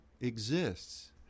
exists